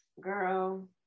Girl